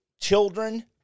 children